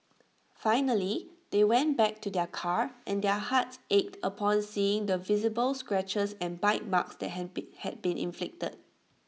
finally they went back to their car and their hearts ached upon seeing the visible scratches and bite marks that had been had been inflicted